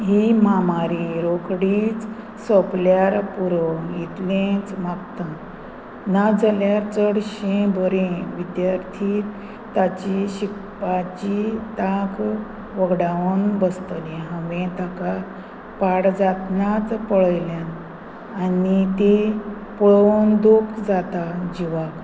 ही म्हामारी रोखडीच सोंपल्यार पुरो इतलेंच मागतां नाजाल्यार चडशीं बरें विद्यार्थी ताची शिकपाची तांक वगडावन बसतलीं हांवें ताका पाड जातनाच पळयल्यांत आनी ती पळोवन दूख जाता जिवाक